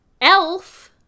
Elf